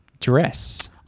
dress